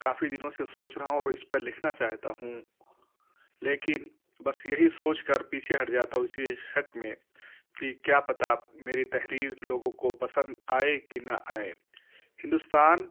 کافی دنوں سے سوچ رہا ہوں اور اس پرلکھنا چاہتا ہوں لیکن بس یہی سوچ کر پیچھے ہٹ جاتا ہوں اسی شک میں کہ کیا پتہ میری تحریر لوگوں کو پسند آئے کہ نہ آئے ہندوستان